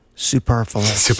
Superfluous